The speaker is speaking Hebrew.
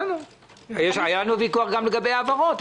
היה לנו ויכוח גם לגבי ההעברות.